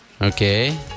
Okay